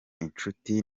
inshuti